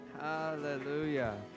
Hallelujah